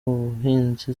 buhinzi